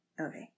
Okay